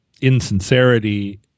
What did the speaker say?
insincerity